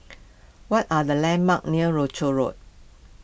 what are the landmarks near Rochor Road